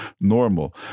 normal